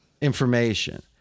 information